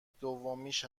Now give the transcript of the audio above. دومیش